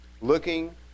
Looking